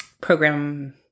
program